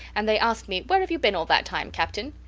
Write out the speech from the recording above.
and they asked me where have you been all that time, captain?